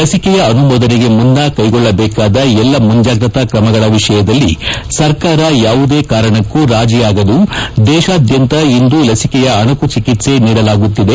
ಲಿಸಿಕೆಯ ಅನುಮೋದನೆಗೆ ಮುನ್ನ ಕ್ಲೆಗೊಳ್ಳಬೇಕಾದ ಎಲ್ಲಾ ಮುಂಜಾಗ್ರತಾ ಕ್ರಮಗಳ ವಿಷಯದಲ್ಲಿ ಸರ್ಕಾರ ಯಾವುದೇ ಕಾರಣಕ್ಕೂ ರಾಜಿ ಆಗದು ದೇಶಾದ್ಯಂತ ಇಂದು ಲಸಿಕೆಯ ಅಣಕು ಚಿಕಿತ್ತೆ ನೀಡಲಾಗುತ್ತಿದೆ